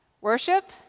Worship